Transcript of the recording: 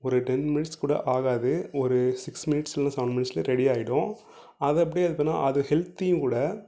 ஒரு ten minutes கூட ஆகாது ஒரு சிக்ஸ் மினிட்ஸ் இல்லை சவன் மினிட்ஸில் ரெடி ஆகிடும் அதை எப்படி இருக்குன்னால் அது ஹெல்த்தியும் கூட